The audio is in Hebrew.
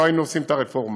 לא היינו עושים את הרפורמה.